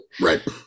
Right